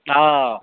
ఆ